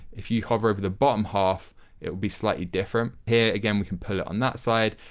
if you hover over the bottom half it'll be slightly different. here again we can pull on that side.